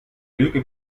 lüge